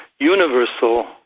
universal